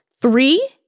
Three